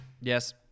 Yes